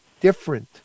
different